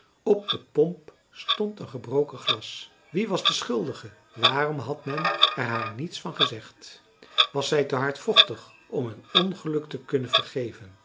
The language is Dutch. op de pomp stond een gebroken glas wie was de schuldige waarom had men er haar niets van gezegd was zij te hardvochtig om een ongeluk te kunnen vergeven